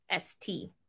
ST